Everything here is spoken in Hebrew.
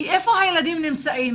כי איפה הילדים נמצאים?